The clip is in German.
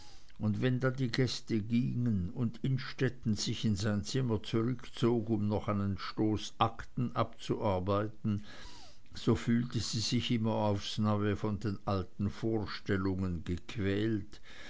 und wenn dann die gäste gingen und innstetten sich in sein zimmer zurückzog um noch einen stoß akten abzuarbeiten so fühlte sie sich immer aufs neue von den alten vorstellungen gequält